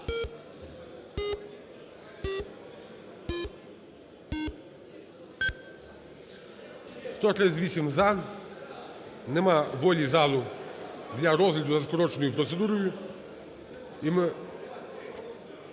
138 – за. Немає волі залу для розгляду за скороченою процедурою,